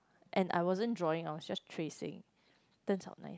and I wasn't drawing I will just tracing turns out nice